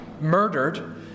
murdered